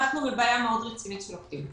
אנחנו בבעיה מאוד רצינית של עובדים.